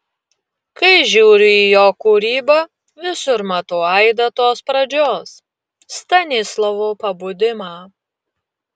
kai žiūriu į jo kūrybą visur matau aidą tos pradžios stanislovo pabudimą